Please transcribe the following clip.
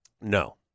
No